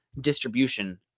distribution